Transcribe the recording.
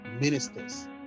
ministers